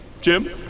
Jim